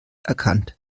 erkannt